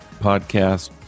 podcast